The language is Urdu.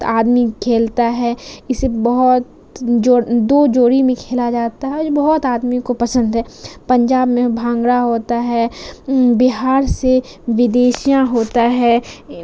آدمی کھیلتا ہے اسے بہت جو دو جوڑی میں کھیلا جاتا ہے اور بہت آدمی کو پسند ہے پنجاب میں بھانگڑا ہوتا ہے بہار سے ویدیشیاں ہوتا ہے